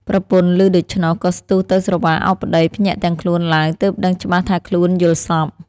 ប្រពន្ធឮដូច្នោះ ក៏ស្ទុះទៅស្រវាឱបប្តី ភ្ញាក់ទាំងខ្លួនឡើង ទើបដឹងច្បាស់ថាខ្លួនយល់សប្តិ ។